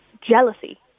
jealousy